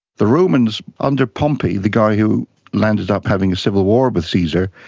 the romans under pompey, the guy who landed up having a civil war with caesar,